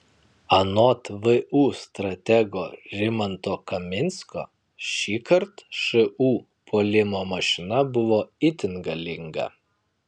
anot vu stratego rimanto kaminsko šįkart šu puolimo mašina buvo itin galinga